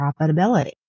profitability